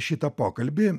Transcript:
šitą pokalbį